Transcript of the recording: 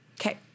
Okay